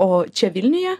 o čia vilniuje